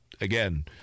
again